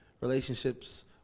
relationships